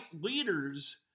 leaders